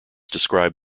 described